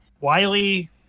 Wiley